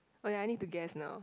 oh ya I need to guess now